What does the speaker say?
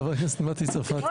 חברת הכנסת מטי צרפתי?